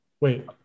Wait